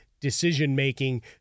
decision-making